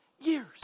years